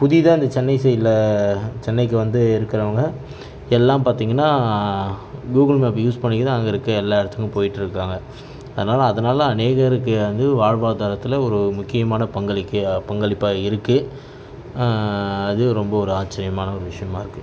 புதிதாக அந்த சென்னை சைடில் சென்னைக்கு வந்து இருக்குறவங்க எல்லாம் பார்த்தீங்கனா கூகுள் மேப்பு யூஸ் பண்ணிக்குத்தான் அங்கே இருக்க எல்லா இடத்துக்கும் போயிவிட்டு இருக்கிறாங்க அதனால அதனால் அநேகருக்கு வந்து வாழ்வாதாரத்தில் ஒரு முக்கியமான பங்களிக்க பங்களிப்பாக இருக்கு அது ரொம்ப ஒரு ஆச்சிரியமான ஒரு விஷயமாக இருக்கு